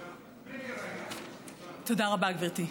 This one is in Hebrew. רבה, גברתי.